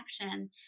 connection